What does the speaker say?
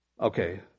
okay